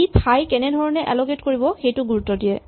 ই ঠাই কেনে ধৰণে এলকেট কৰিব সেইটোত গুৰুত্ব দিয়ে